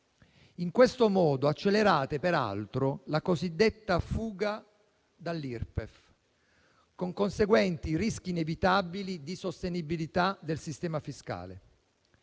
In questo modo accelerate la cosiddetta fuga dall'Irpef, con i conseguenti rischi inevitabili di sostenibilità del sistema fiscale.